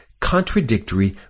contradictory